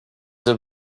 her